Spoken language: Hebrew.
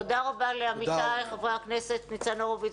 תודה רבה לעמיתיי חברי הכנסת ניצן הורוביץ